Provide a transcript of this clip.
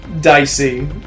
dicey